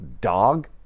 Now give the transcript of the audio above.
Dog